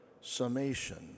summation